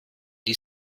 die